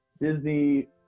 Disney